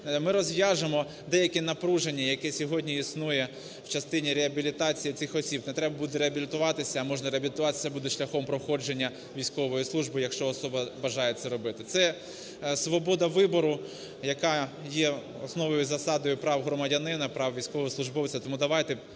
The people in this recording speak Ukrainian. Ми розв'яжемо деяке напруження, яке сьогодні існує в частині реабілітації цих осіб. Не треба буде реабілітуватися, можна реабілітуватися буде шляхом проходження військової служби, якщо особа бажає це робити. Це свобода вибору, яка є основною засадою прав громадянина, прав військовослужбовця.